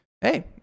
hey